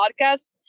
podcast